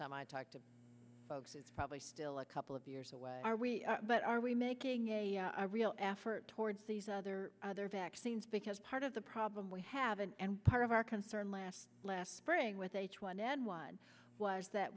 time i talked to folks is probably still a couple of years away are we but are we making a real effort towards these other other vaccines because part of the problem we haven't and part of our concern last last spring with h one n one was that